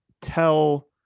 tell